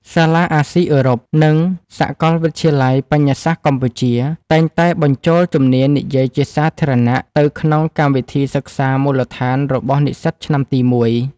សាលាអាស៊ីអឺរ៉ុប និងសកលវិទ្យាល័យបញ្ញាសាស្ត្រកម្ពុជា តែងតែបញ្ចូលជំនាញនិយាយជាសាធារណៈទៅក្នុងកម្មវិធីសិក្សាមូលដ្ឋានរបស់និស្សិតឆ្នាំទីមួយ។